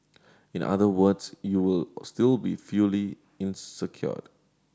in other words you will still be in secured